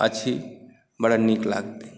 बड़ा अच्छी बड़ा निक लागतै